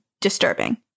disturbing